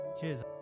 Cheers